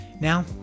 Now